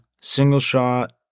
single-shot